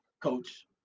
coach